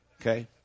Okay